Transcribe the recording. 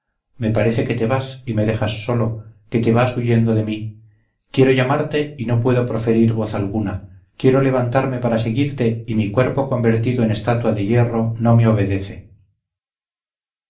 me parece que te vas y me dejas solo que te vas huyendo de mí quiero llamarte y no puedo proferir voz alguna quiero levantarme para seguirte y mi cuerpo convertido en estatua de hierro no me obedece